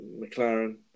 McLaren